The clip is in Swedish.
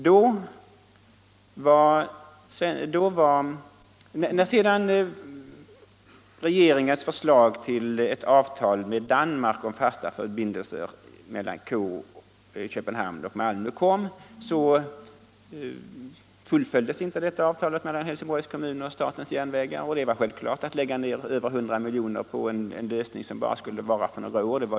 När sedan regeringens förslag till ett avtal med Danmark om fasta förbindelser mellan Köpenhamn och Malmö kom fullföljdes inte avtalet mellan Helsingborgs kommun och statens järnvägar. Det var ju också orimligt att lägga ner över 100 miljoner på en lösning som bara skulle vara några år.